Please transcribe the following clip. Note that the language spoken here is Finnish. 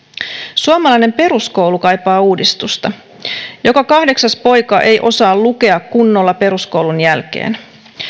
suomalainen peruskoulu kaipaa uudistusta joka kahdeksas poika ei osaa lukea kunnolla peruskoulun jälkeen